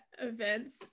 events